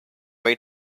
way